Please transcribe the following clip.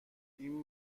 این